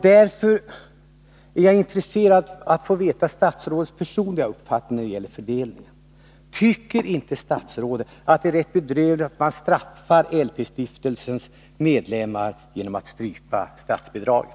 Därför är jag intresserad av att få veta statsrådets personliga uppfattning när det gäller fördelningen. Tycker inte statsrådet att det är bedrövligt att man straffar LP-stiftelsens sympatisörer och bidragsgivare genom att strypa statsbidraget?